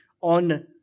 on